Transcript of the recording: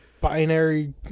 binary